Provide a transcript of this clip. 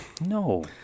No